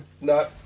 No